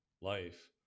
life